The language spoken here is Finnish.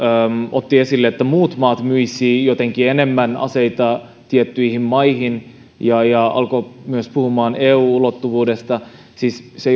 otti esille että muut maat myisivät jotenkin enemmän aseita tiettyihin maihin ja ja alkoi myös puhumaan eu ulottuvuudesta siis se